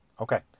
Okay